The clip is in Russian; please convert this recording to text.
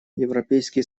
европейский